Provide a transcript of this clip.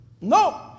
No